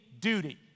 duty